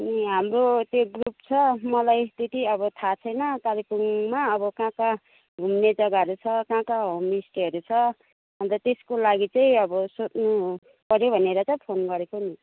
अनि हाम्रो चाहिँ ग्रुप छ मलाई त्यत्ति अब थाहा छैन कालेबुङमा अब कहाँ कहाँ घुम्ने जग्गाहरू छ कहाँ कहाँ होमस्टेहरू छ अन्त त्यसको लागि चाहिँ अब सोध्नु पऱ्यो भनेर त फोन गरेको नि